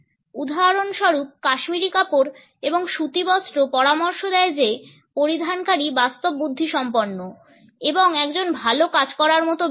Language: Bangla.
উদাহরণস্বরূপ কাশ্মীরী কাপড় এবং সুতিবস্ত্র পরামর্শ দেয় যে পরিধানকারী বাস্তববুদ্ধিসম্পন্ন এবং একজন ভাল কাজ করার মতো ব্যক্তি